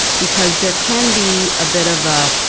because there can be a bit of ah